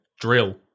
drill